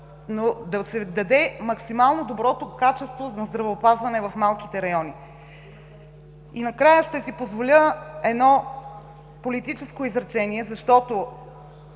да се даде максимално доброто качество на здравеопазване в малките райони. (Реплики.) И накрая, ще си позволя едно политическо изречение, защото